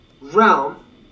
realm